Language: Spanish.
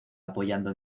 apoyando